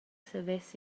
savess